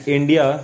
India